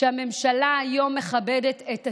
שהממשלה היום מכבדת את עצמה.